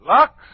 Lux